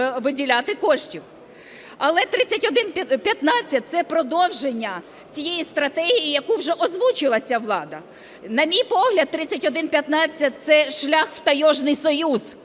Але 3115 – це продовження цієї стратегії, яку вже озвучила ця влада. На мій погляд, 3115 – це шлях в "таежный союз",